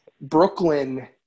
Brooklyn –